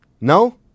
No